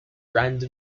grand